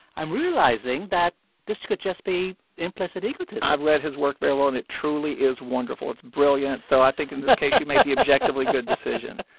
i'm realizing that this could just be implicit egotism i've read his work very well, and it truly is wonderful. it's brilliant, so i think in this case, you made the objectively good decision,